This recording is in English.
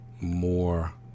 more